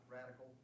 Radical